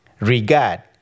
regard